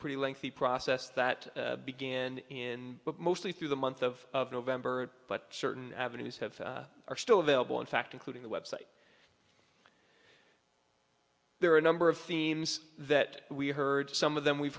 pretty lengthy process that began in but mostly through the month of november but certain avenues have are still available in fact including the website there are a number of themes that we heard some of them we've